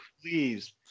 please